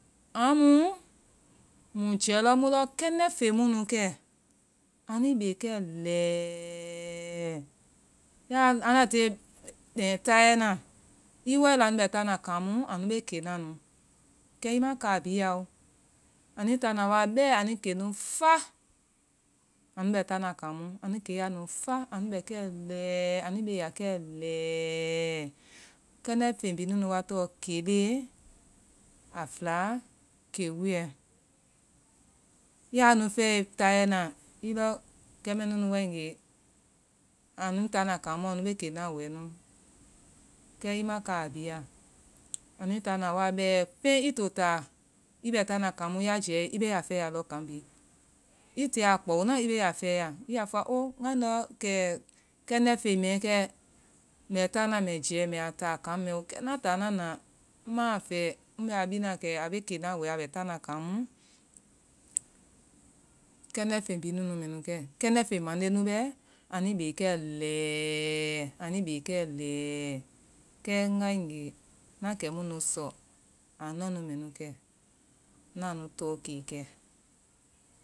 A mu mui jea lɔ mu lɔ kɛndɛ feŋ munu kɛ anui bee kɛ lɛɛ-ɛɛ anda tilee taayɛna i wae lɔ anu bɔ taana kan mu, anu bee keyaa nu, kɛ i ma ka bihia anui taana wa bɛɛ anui kenu fa. anu bɛ taana kan mu. anu keya nu fa. anu bɛ kɛ lɛɛɛ, anui beeya kɛ lɛɛɛ. kɛndɛ feg bihi nu nu wa tɔn. keelee, a fɛla kewuyɛ. yaa nu fɛɛe taayɛna i lɔ kɛ mɛa nunu waegee. anui taana kan mu, anu bee kenaa wɛɛ nu. kɛ i ma kaa bihi la. anui taana wa bɛɛ pen i to taa i bɛ taana kan mu i bɛ taana kanmu yaa jɛɛlee t beeya fɛɛya lɔ kan bihi i tiya a kpaonaa i beeya fɛɛya. i yaa fɔa ooo. ŋgee ndɔ kɛ kendɛ feŋ mɛɛ kɛɛ mbɛ taana mbɛ jɛɛ mbɛa taa kan mɛɛ kɛndɛ feŋ mande nu bɛɛ anui bee kɛ lɛɛɛ. anui bee kɛ lɛɛɛ kɛ ŋgae ngee ŋna kɛmu nu sɔ anua nu mɛnu kɛ ŋnaa nu tɔɔ kee i ye.